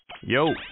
Yo